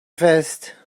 fest